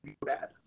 bad